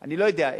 אני לא יודע.